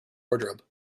wardrobe